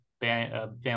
family